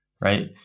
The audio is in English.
right